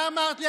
מה אמרת לי?